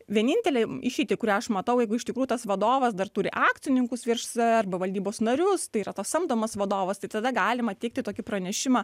vienintelę išeitį kurią aš matau jeigu iš tikrųjų tas vadovas dar turi akcininkus virš arba valdybos narius tai yra tas samdomas vadovas tai tada galima teikti tokį pranešimą